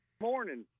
Morning